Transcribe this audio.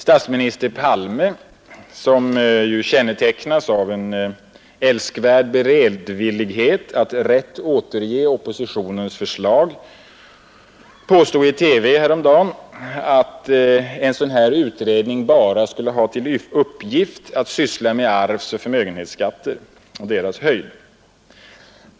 Statsminister Palme, som ju kännetecknas av en älskvärd beredvillighet att rätt återge oppositionens förslag, påstod i TV häromdagen att en sådan utredning bara skulle ha till uppgift att syssla med arvsoch förmögenhetsskatter och deras höjd.